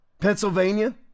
Pennsylvania